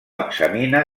examina